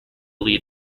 lead